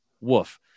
Woof